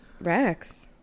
Rex